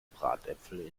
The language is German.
bratäpfel